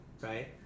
right